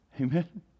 Amen